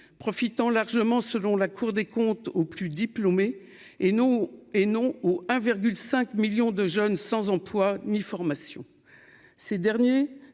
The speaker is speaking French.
profitant largement, selon la Cour des comptes aux plus diplômés et non et non au 1 virgule 5 millions de jeunes sans emploi ni formation ces derniers